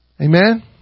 Amen